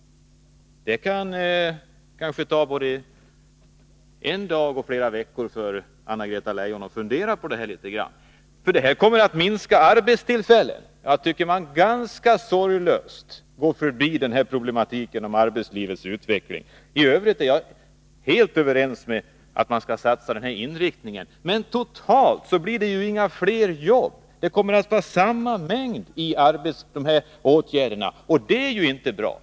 Det kan kanske ta inte bara en dag utan flera veckor för Anna-Greta Leijon att fundera över det här. Antalet arbetstillfällen kommer nämligen att minska. Jag tycker att man ganska sorglöst går förbi den här problematiken i samband med arbetslivets utveckling. I övrigt är vi helt överens om att man bör ha den inriktning som nämns. Men totalt sett blir det ju inga fler arbeten. Det kommer ju att vara samma mängd efter det att åtgärderna har vidtagits, och det är ju inte bra.